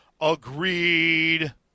Agreed